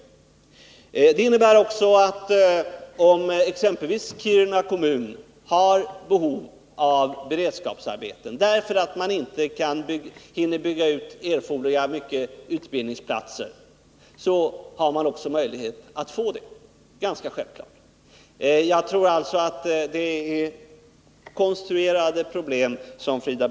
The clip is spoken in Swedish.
Detta innebär också, att om exempelvis Kiruna kommun har behov av beredskapsarbeten, därför att man inte hinner ordna ett erforderligt antal utbildningsplatser, har man också möjlighet att få beredskapsarbeten. Detta är ganska självklart. Jag tror alltså att Frida Berglund talar om konstruerade problem.